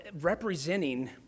representing